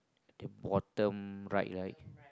okay bottom right right